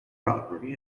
robbery